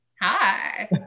hi